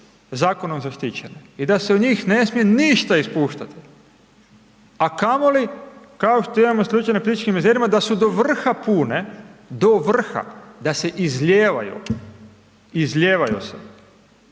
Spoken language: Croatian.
zakonom zaštićene i da se u njih ne smije ništa ispuštati, a kamoli kao što imamo slučaj na Plitvičkim jezerima da su do vrha pune, do vrha, da se izlijevaju, izlijevaju se